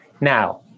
Now